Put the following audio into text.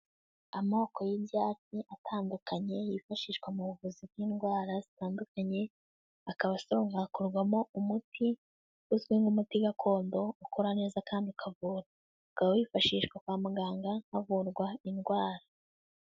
Amoko y'ibyatsi atandukanye yifashishwa mu buvuzi bw'indwara zitandukanye, akaba asoromwa hakorwamo umuti uzwi nk'umuti gakondo, ukora neza kandi ukavura. Ukaba wifashishwa kwa muganga havurwa indwara.